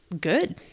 good